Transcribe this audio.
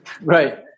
right